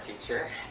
teacher